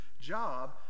job